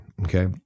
okay